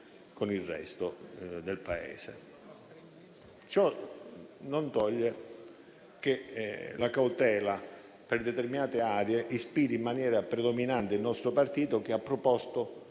Ciò non toglie che la cautela per determinate aree ispiri in maniera predominante il nostro partito, che ha proposto